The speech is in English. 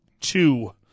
two